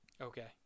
Okay